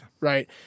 right